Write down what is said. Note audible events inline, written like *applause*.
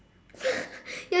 *laughs*